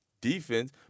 defense